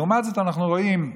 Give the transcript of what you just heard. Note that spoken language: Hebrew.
לעומת זאת, אנחנו רואים,